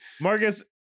Marcus-